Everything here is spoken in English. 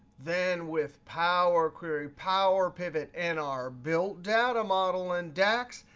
then with power query, power pivot, and our built data model in dax,